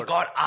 God